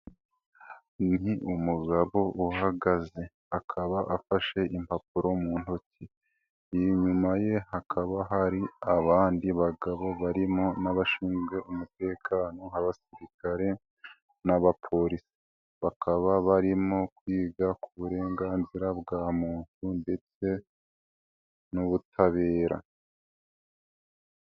Ni umugabo uhagaze, akaba afashe impapuro mu ntoki, inyuma ye hakaba hari abandi bagabo barimo n'abashinzwe umutekano, abasirikare n'abapolisi, bakaba barimo kwiga ku burenganzira bwa muntu ndetse n'ubutabera.